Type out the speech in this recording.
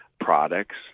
products